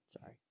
Sorry